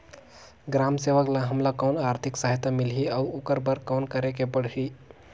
ग्राम सेवक ल हमला कौन आरथिक सहायता मिलही अउ ओकर बर कौन करे के परही?